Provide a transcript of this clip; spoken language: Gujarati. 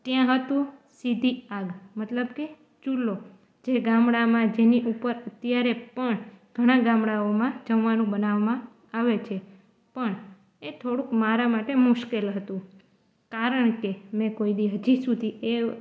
ત્યાં હતું સીધી આગ મતલબ કે ચૂલો જે ગામડામાં જેની ઉપર અત્યારે પણ ઘણા ગામડાઓમાં જમવાનું બનાવામાં આવે છે પણ એ થોડુંક મારા માટે મુશ્કેલ હતું કારણ કે મેં કોય દિવસ હજી સુધી એ